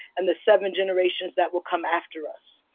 and the seven generations that will come after us?